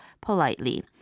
politely